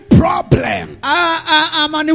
problem